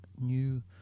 new